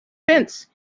fence